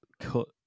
cut